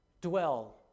dwell